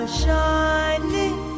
shining